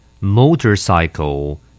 Motorcycle